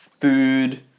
food